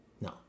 no